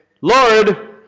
Lord